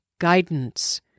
guidance